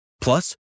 Plus